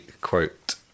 quote